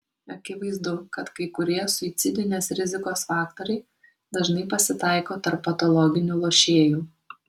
akivaizdu kad kai kurie suicidinės rizikos faktoriai dažnai pasitaiko tarp patologinių lošėjų